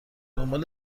دنبال